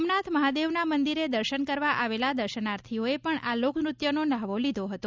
સોમનાથ મહાદેવના મંદિરે દર્શન કરવા આવેલા દર્શનાર્થીઓએ પણ આ લોકનૃત્યનો લ્હાવો લીધો હતો